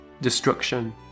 destruction